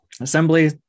assembly